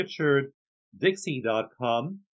richarddixie.com